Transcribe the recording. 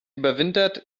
überwintert